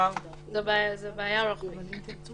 זו בעיה רוחבית.